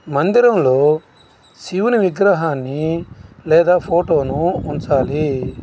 మందిరంలో శివుని విగ్రహాన్ని లేదా ఫోటోను ఉంచాలి